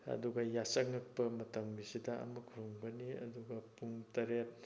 ꯑꯗꯨꯒ ꯌꯥꯆꯪꯉꯛꯄ ꯃꯇꯝꯒꯤꯁꯤꯗ ꯑꯃ ꯈꯨꯔꯨꯝꯒꯅꯤ ꯑꯗꯨꯒ ꯄꯨꯡ ꯇꯔꯦꯠ